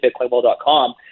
bitcoinwell.com